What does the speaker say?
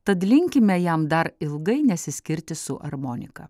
tad linkime jam dar ilgai nesiskirti su armonika